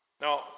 Now